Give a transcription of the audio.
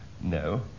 No